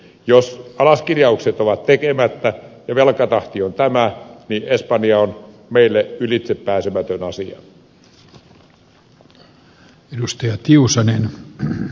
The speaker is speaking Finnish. jos alaskirjaukset ovat tekemättä ja velkatahti on tämä niin espanja on meille ylitsepääsemätön asia